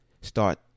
start